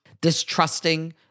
distrusting